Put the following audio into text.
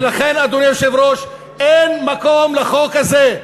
ולכן, אדוני היושב-ראש, אין מקום לחוק הזה.